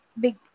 big